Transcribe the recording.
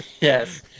Yes